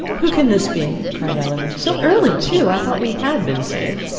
who can this be? cried elinor. so early too! i thought we had been safe.